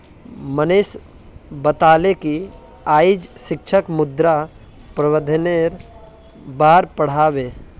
मनीष बताले कि आइज शिक्षक मृदा प्रबंधनेर बार पढ़ा बे